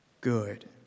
good